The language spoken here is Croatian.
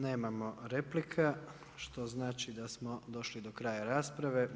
Nemamo replika što znači da smo došli do kraja rasprave.